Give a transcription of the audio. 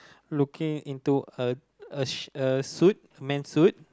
looking into a a sh~ a suit a men suit